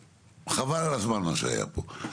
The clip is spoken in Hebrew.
וחבל על הזמן מה שהיה פה,